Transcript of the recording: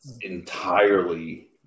entirely